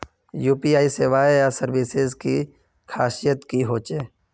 UPI सेवाएँ या services की खासियत की होचे?